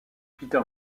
peter